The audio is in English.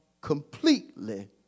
completely